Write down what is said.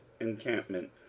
encampment